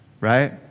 right